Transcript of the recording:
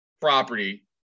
property